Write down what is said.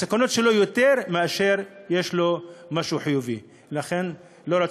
הסכנות שלו הן יותר מאשר משהו חיובי שיש לו.